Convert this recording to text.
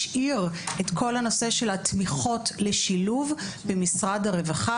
השאיר את כל הנושא של התמיכות לשילוב במשרד הרווחה,